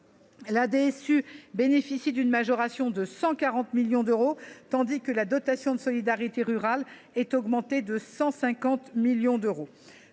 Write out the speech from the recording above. (DSU) bénéficie d’une majoration de 140 millions d’euros, tandis que la dotation de solidarité rurale augmente de 150 millions d’euros.